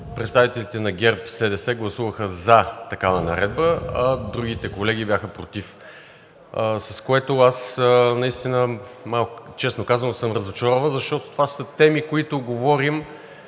представителите на ГЕРБ-СДС гласуваха за такава наредба, а другите колеги бяха против, от което аз, честно казано, съм разочарован, защото това са теми, по които говорим,